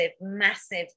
massive